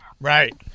Right